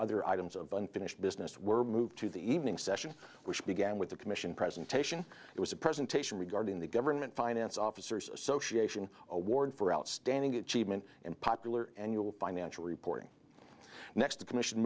other items of unfinished business were moved to the evening session which began with the commission presentation it was a presentation regarding the government finance officers association award for outstanding achievement and popular annual financial reporting next the commission